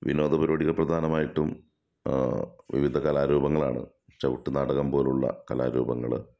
വിനോദ പരിപാടികൾ പ്രധാനമായിട്ടും വിവിധ കലാരൂപങ്ങളാണ് ചവിട്ടുനാടകം പോലുള്ള കലാരൂപങ്ങള്